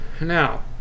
now